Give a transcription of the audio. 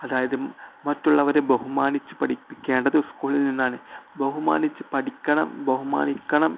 അതായത് മറ്റുള്ളവരെ ബഹുമാനിച്ചു പഠിപ്പിക്കേണ്ടത് സ്കൂളിൽ നിന്നാണ് ബഹുമാനിച്ചു പഠിക്കണം ബഹുമാനിക്കണം